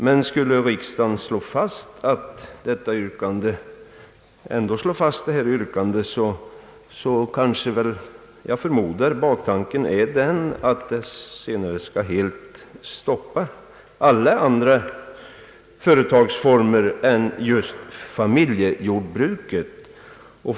Men skulle riksdagen ändå slå fast detta yrkande kanske baktanken är att man på så sätt framöver helt skall stoppa alla andra företagsformer än just familjejordbruket.